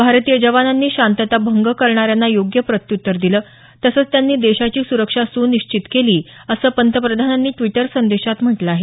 भारतीय जवानांनी शांतता भंग करणाऱ्यांना योग्य प्रत्युत्तर दिलं तसंच त्यांनी देशाची सुरक्षा सुनिश्चित केली असं पंतप्रधानांनी ड्विटर संदेशात म्हटलं आहे